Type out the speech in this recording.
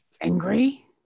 angry